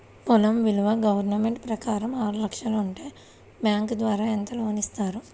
పొలం విలువ గవర్నమెంట్ ప్రకారం ఆరు లక్షలు ఉంటే బ్యాంకు ద్వారా ఎంత లోన్ ఇస్తారు?